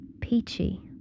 peachy